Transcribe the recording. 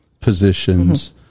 positions